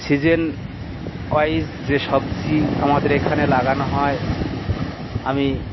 season wise যে সবজি আমাদের এখানে লাগানো হয় আমি